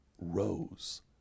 rose